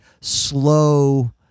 slow